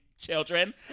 children